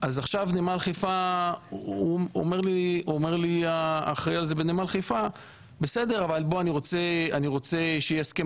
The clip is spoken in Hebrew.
אז עכשיו אומר לי האחראי על זה בנמל חיפה בסדר אבל אני רוצה שיהיה הסכם